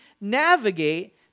navigate